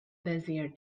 bezier